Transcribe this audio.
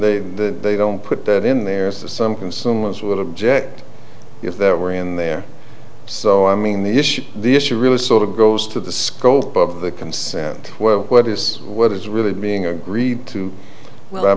the they don't put that in there some consumers would object if there were in there so i mean the issue the issue really sort of goes to the scope of the consent well what is what is really being agreed to w